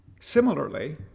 Similarly